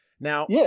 Now